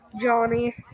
Johnny